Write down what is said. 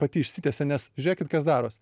pati išsitiesia nes žiūrėkit kas daros